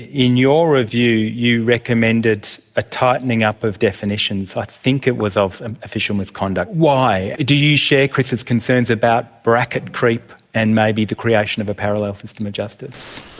in your review you recommended a tightening up of definitions, i think it was of official misconduct. why? do you share chris's concerns about a bracket creep and maybe the creation of a parallel system of justice?